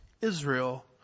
Israel